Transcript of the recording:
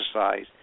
exercise